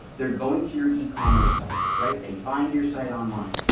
they're going to your ecommerce site, right? they find your site online.